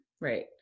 Right